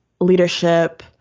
leadership